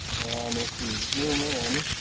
and if we zoom in